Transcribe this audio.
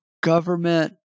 government